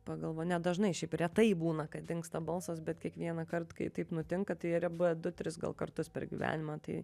pagalvoju nedažnai šiaip retai būna kad dingsta balsas bet kiekvienąkart kai taip nutinka tai yra buvę du tris kartus per gyvenimą tai